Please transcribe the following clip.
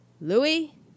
Louis